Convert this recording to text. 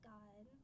God